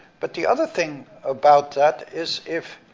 but the other thing about that is if